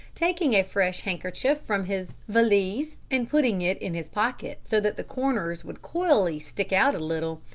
taking a fresh handkerchief from his valise and putting it in his pocket so that the corners would coyly stick out a little,